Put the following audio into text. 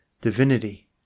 divinity